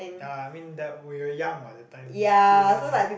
ya I mean that we were young what that time still learning